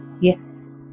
Yes